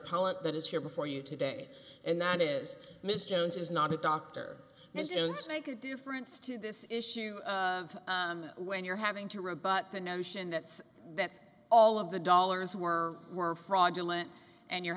nt that is here before you today and that is mr jones is not a doctor and make a difference to this issue when you're having to rebut the notion that that's all of the dollars who are were fraudulent and you're